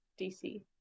DC